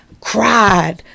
cried